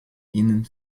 innen